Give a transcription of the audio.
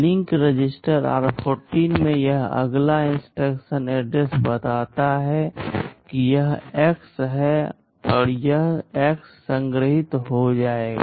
link register r14 में यह अगला इंस्ट्रक्शन एड्रेस बताता है कि यह X है यह X संग्रहीत हो जाएगा